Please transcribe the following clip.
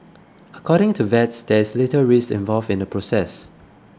according to vets there is little risk involved in the process